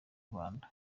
rwanda